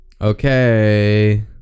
Okay